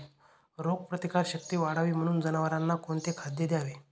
रोगप्रतिकारक शक्ती वाढावी म्हणून जनावरांना कोणते खाद्य द्यावे?